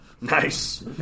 Nice